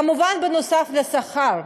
כמובן, זה נוסף על השכר,